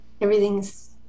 everything's